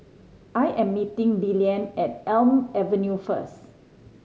I am meeting Lillian at Elm Avenue first